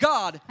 God